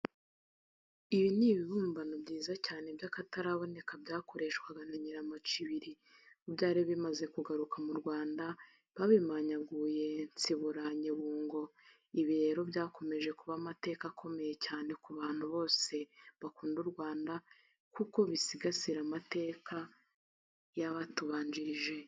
Ibi ni ibibumbano byiza cyane by'akataraboneka byakoreshwaga na Nyiramacibiri ubwo byari bimaze kugaruka mu Rwanda babinyaguye Nsibura Nyebungo, ibi rero byakomeje kuba amateka akomeye cyane ku bantu bose bakunda u Rwanda kuko bisigasira amateka y'abatubanjirije.